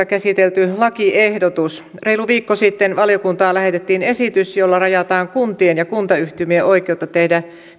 käsitelty lakiehdotus reilu viikko sitten valiokuntaan lähetettiin esitys jolla rajataan kuntien ja kuntayhtymien oikeutta tehdä